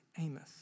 Amos